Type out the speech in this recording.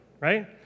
right